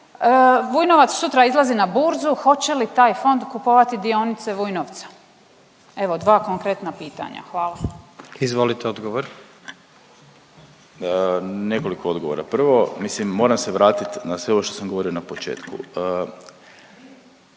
Vujnovac sutra izlazi na burzu hoće li taj fond kupovati dionice Vujnovca? Evo dva konkretna pitanja. Hvala. **Jandroković, Gordan (HDZ)** Izvolite odgovor. **Vidiš, Ivan** Nekoliko odgovora, prvo mislim moram se vratit na sve ovo što sam govorio na početku.